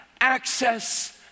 access